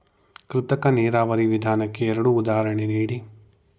ಕೃತಕ ನೀರಾವರಿ ವಿಧಾನಕ್ಕೆ ಎರಡು ಉದಾಹರಣೆ ನೀಡಿ?